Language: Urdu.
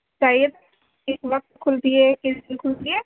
سر یہ کس وقت کُھلتی ہے کس دِن کُھلتی ہے